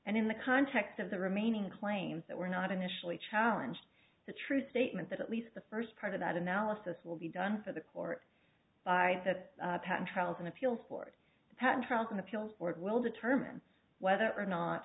and in the context of the remaining claims that were not initially challenge the true statement that at least the first part of that analysis will be done for the court by the patent trials an appeals court the patent trials an appeals court will determine whether or not